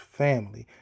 family